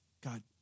God